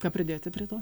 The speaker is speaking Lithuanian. ką pridėti prie to